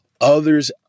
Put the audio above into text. others